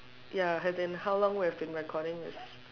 ya has in how long we have been recording this